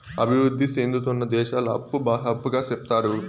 అభివృద్ధి సేందుతున్న దేశాల అప్పు బాహ్య అప్పుగా సెప్తారు